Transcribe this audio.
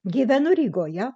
gyvenu rygoje